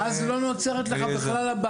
אז לא נוצרת לך הבעיה.